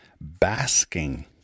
basking